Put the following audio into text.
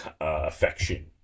affection